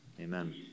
amen